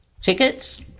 Tickets